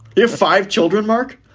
your five children, mark?